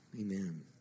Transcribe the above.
Amen